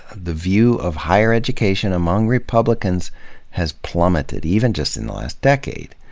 the view of higher education among republicans has plummeted, even just in the last decade.